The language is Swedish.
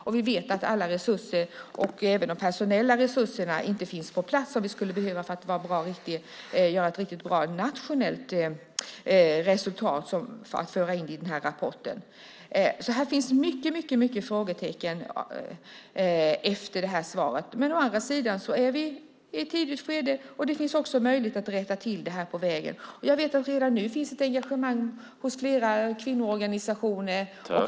Vi vet att inte alla resurser, det gäller även de personella, finns på plats som vi skulle behöva för att göra ett riktigt bra nationellt resultat att föra in i rapporten. Det finns många frågetecken efter det här svaret. Å andra sidan är vi i ett tidigt skede. Det finns möjlighet att rätta till detta på vägen. Jag vet att det redan nu finns ett engagemang hos flera kvinnoorganisationer.